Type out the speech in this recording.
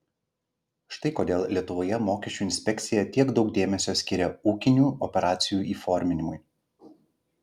štai kodėl lietuvoje mokesčių inspekcija tiek daug dėmesio skiria ūkinių operacijų įforminimui